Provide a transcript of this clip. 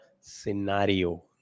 scenario